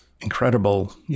incredible